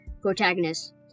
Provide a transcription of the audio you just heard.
protagonist